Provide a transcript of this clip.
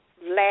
Last